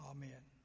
Amen